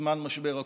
בזמן משבר הקורונה.